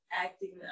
acting